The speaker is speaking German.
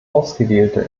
ausgewählte